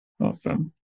Awesome